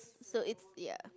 so it's ya